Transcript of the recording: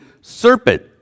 serpent